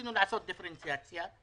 ניסינו לעשות דיפרנציאציה של